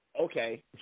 okay